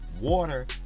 water